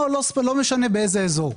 לא משנה באיזה אזור.